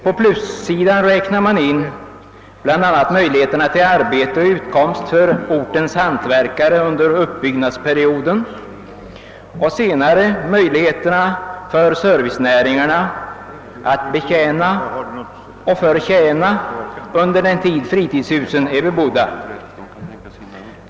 På plussidan räknar man in bl.a. möjligheterna till arbete och utkomst för ortens hantverkare under uppbyggnadsperioden och möjligheterna för servicenäringarna att betjäna och förtjäna under den tid fritidshusen senare är bebodda.